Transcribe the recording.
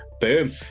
boom